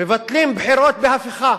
מבטלים בחירות בהפיכה,